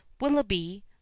willoughby